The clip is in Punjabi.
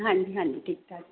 ਹਾਂਜੀ ਹਾਂਜੀ ਠੀਕ ਠਾਕ